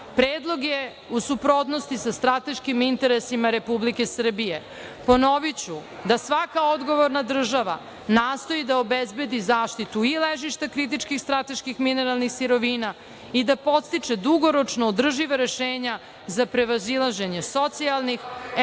predlog je u suprotnosti sa strateškim interesima Republike Srbije. Ponoviću da svaka odgovorna država nastoji da obezbedi zaštitu i ležišta kritičkih i strateških mineralnih sirovina i da podstiče dugoročno održiva rešenja za prevazilaženje socijalnih,